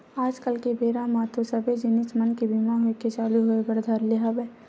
आज कल के बेरा म तो सबे जिनिस मन के बीमा होय के चालू होय बर धर ले हवय